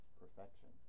perfection